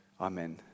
amen